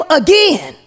again